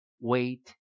wait